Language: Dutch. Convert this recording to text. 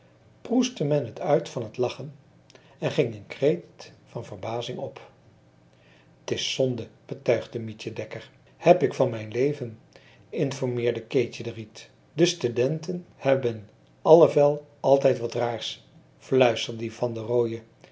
proestte men t uit van t lachen en ging een kreet van verbazing op t is zonde betuigde mietje dekker heb ik van mijn leven informeerde keetje de riet die stedenten hebben alevel altijd wat raars fluisterde die van de roode